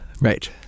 Right